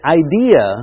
idea